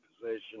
position